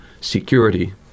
security